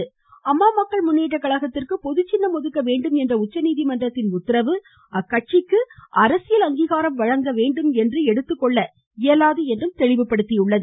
மேலும் அம்மா மக்கள் முன்னேற்ற கழகத்திற்கு பொதுச்சின்னம் ஒதுக்க வேண்டும் என்ற உச்சநீதிமன்றத்தின் உத்தரவு அக்கட்சிக்கு அரசியல் அங்கீகாரம் வழங்க வேண்டும் என்று எடுத்துக்கொள்ள இயலாது என்றும் தெளிவுபடுத்தியுள்ளது